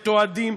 מתועדים,